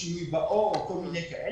שינוי באור וכדומה.